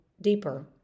deeper